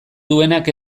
duenak